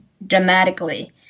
dramatically